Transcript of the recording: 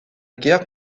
guerre